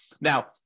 Now